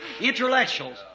Intellectuals